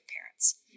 parents